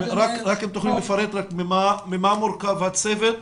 אדוני היושב ראש --- רק אם תוכלי לפרט ממה מורכב הצוות?